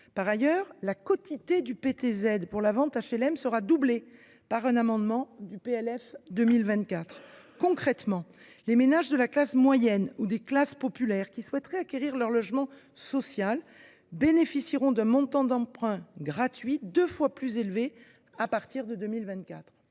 Par ailleurs, la quotité du PTZ pour la vente HLM sera doublée par un amendement au projet de loi de finances pour 2024. Concrètement, les ménages de la classe moyenne ou des classes populaires qui souhaiteraient acquérir leur logement social bénéficieront d’un montant d’emprunt gratuit deux fois plus élevé à partir de 2024.